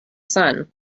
sun